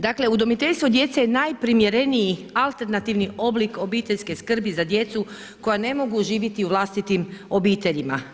Dakle, udomiteljstvo djece je najprimjereniji alternativni oblik obiteljske skrbi za djecu, koja ne mogu živjeti u vlastitim obiteljima.